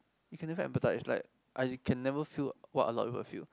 you can never empathize like I can never feel what a lot people feel